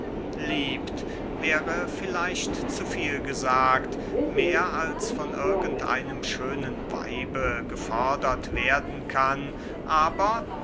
liebt wäre vielleicht zu viel gesagt mehr als von irgend einem schönen weibe gefordert werden kann aber